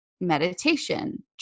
meditation